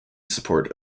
support